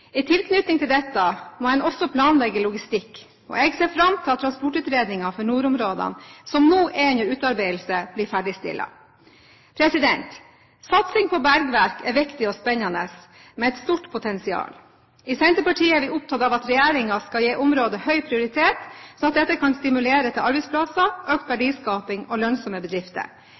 I tilknytning til dette må en også planlegge logistikk, og jeg ser fram til at transportutredningen for nordområdene, som nå er under utarbeidelse, blir ferdigstilt. Satsingen på bergverk er viktig og spennende, med et stort potensial. I Senterpartiet er vi opptatt av at regjeringen skal gi området høy prioritet, slik at dette kan stimulere til arbeidsplasser, økt verdiskaping og lønnsomme bedrifter.